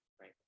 right